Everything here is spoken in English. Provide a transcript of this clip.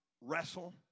wrestle